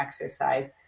exercise